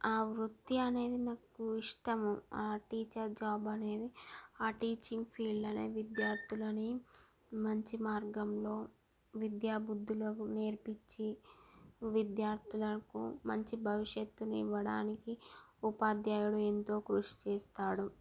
ఆ వృత్తి అనేది నాకు ఇష్టము ఆ టీచర్ జాబ్ అనేది ఆ టీచింగ్ ఫీల్డ్ విద్యార్థులకు మంచి మార్గంలో విద్యాబుద్ధులను నేర్పించి విద్యార్థులకు మంచి భవిష్యత్తును ఇవ్వడానికి ఉపాధ్యాయుడు ఎంతో కృషి చేస్తాడు